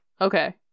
okay